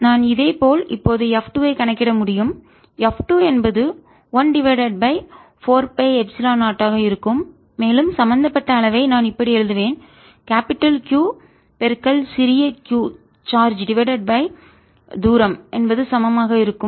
F114π0Qqa2y232 நான் இதேபோல் இப்போது F 2 ஐ கணக்கிட முடியும் F 2 என்பது 1 டிவைடட் பை 4 பை எப்சிலன் 0 ஆக இருக்கும் மேலும் சம்பந்தப்பட்ட அளவை நான் இப்படி எழுதுவேன் கேபிடல் பெரிய Q சிறிய q சார்ஜ் டிவைடட் பை தூரம் என்பது சமம் ஆக இருக்கும்